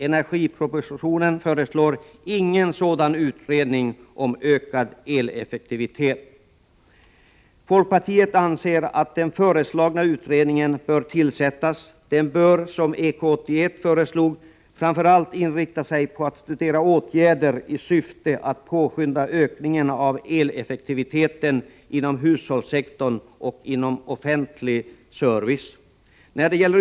Energipropositionen föreslår ingen sådan utredning om ökad eleffektivitet. Folkpartiet anser att den föreslagna utredningen bör tillsättas. Den bör som EK 81 föreslog framför allt inrikta sig på att studera åtgärder i syfte att påskynda ökningen av eleffektiviteten inom hushållssektorn och inom offentlig service.